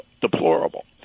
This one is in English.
deplorable